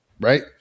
right